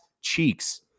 cheeks